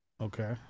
Okay